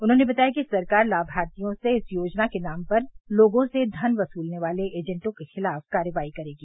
उन्होंने बताया कि सरकार लामार्थियों से इस योजना के नाम पर लोगों से धन क्सुलने वाले एजेंटों के खिलाफ कार्रवाई करेगी